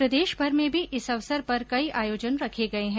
प्रदेशभर में भी इस अवसर पर कई आयोजन रखे गए है